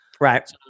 Right